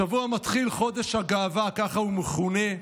השבוע מתחיל חודש הגאווה, ככה הוא מכונה,